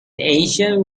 asian